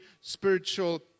spiritual